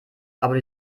aber